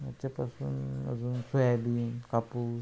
याच्यापासून अजून सोयाबीन कापूस